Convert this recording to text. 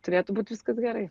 turėtų būt viskas gerai